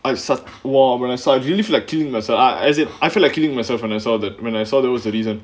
I was like !wah! and aside you'll feel like that's ah as in I feel like kiling myself when I saw that I saw there was a reason